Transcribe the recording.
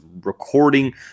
recording